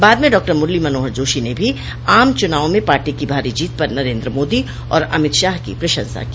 बाद में डॉक्टर मुरली मनोहर जोशी ने भी आम चूनाव में पार्टी की भारी जीत पर नरेन्द्र मोदी और अमित शाह की प्रशंसा की